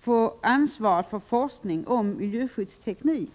få ansvaret för forskning om miljöskyddsteknik.